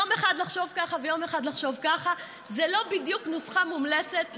יום אחד לחשוב ככה ויום אחד לחשוב ככה זה לא בדיוק נוסחה מומלצת,